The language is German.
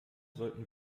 sollten